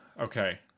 Okay